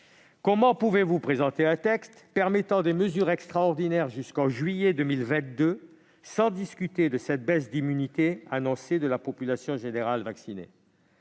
Comment pouvez-vous présenter un texte permettant des mesures extraordinaires jusqu'en juillet 2022 sans discuter de cette baisse annoncée de l'immunité de la population générale vaccinée ?